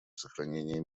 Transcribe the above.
сохранение